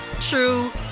true